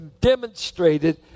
demonstrated